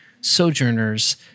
Sojourners